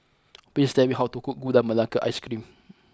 please tell me how to cook Gula Melaka ice cream